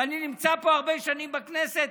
ואני נמצא פה הרבה שנים בכנסת,